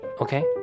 okay